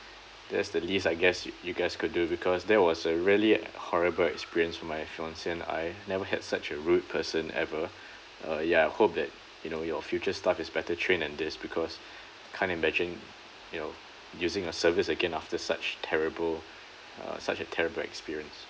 that's the least I guess you you guys could do because that was a really horrible experience for my fiancee and I never had such a rude person ever uh ya I hope that you know your future staff is better trained and this because can't imagine you know using your service again after such terrible uh such a terrible experience